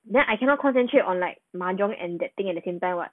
then I cannot concentrate on like mahjong and that thing at the same time [what]